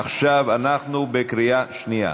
עכשיו אנחנו בקריאה שנייה.